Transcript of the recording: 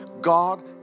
God